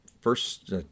first